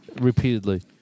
repeatedly